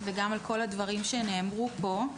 וגם על כל הדברים שנאמרו פה.